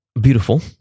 beautiful